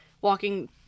Walking